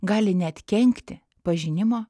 gali net kenkti pažinimo